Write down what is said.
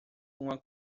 uma